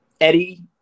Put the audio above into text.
Eddie